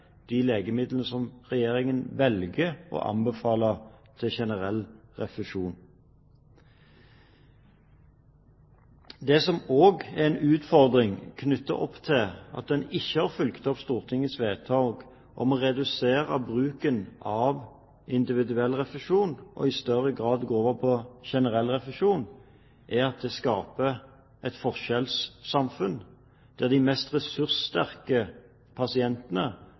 de legemidlene som Regjeringen velger å anbefale til generell refusjon. Det som også er en utfordring knyttet til at en ikke har fulgt opp Stortingets vedtak om å redusere bruken av individuell refusjon og i større grad gå over på generell refusjon, er at det skaper et forskjellssamfunn der de mest ressurssterke pasientene,